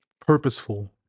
purposeful